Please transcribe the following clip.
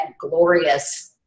glorious